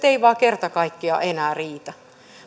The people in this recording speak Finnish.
eivät vain kerta kaikkiaan enää riitä